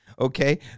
okay